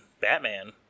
Batman